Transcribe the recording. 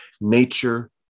nature